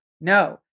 no